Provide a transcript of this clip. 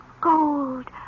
gold